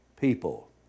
people